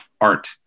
art